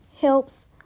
helps